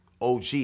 OG